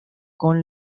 con